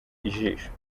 ijisho